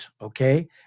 okay